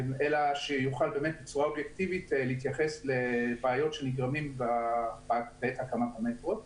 שיוכל בצורה אובייקטיבים להתייחס לבעיות שנגרמות מהקמת המטרו.